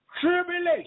tribulation